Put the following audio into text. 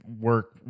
work